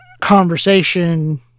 conversation